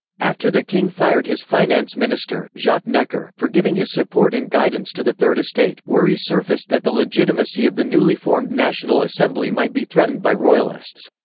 after the king fired his finance minister, jacques necker, for giving his support and guidance to the third estate, worries surfaced that the legitimacy of the newly formed national assembly might be threatened by royalists.